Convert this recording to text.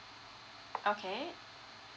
okay